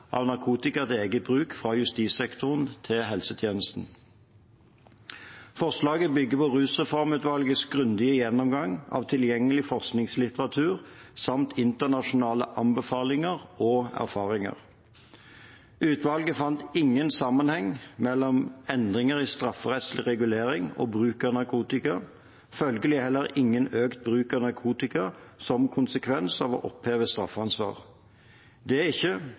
av narkotika til eget bruk fra justissektoren til helsetjenesten. Forslaget bygger på rusreformutvalgets grundige gjennomgang av tilgjengelig forskningslitteratur samt internasjonale anbefalinger og erfaringer. Utvalget fant ingen sammenheng mellom endringer i strafferettslig regulering og bruk av narkotika, følgelig heller ingen økt bruk av narkotika som konsekvens av å oppheve straffansvar. Det er ikke